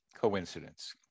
coincidence